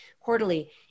quarterly